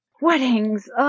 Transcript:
weddings